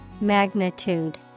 magnitude